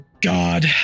God